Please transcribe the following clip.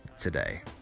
today